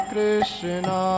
Krishna